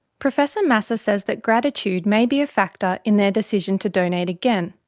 professor masser says that gratitude may be a factor in their decision to donate again,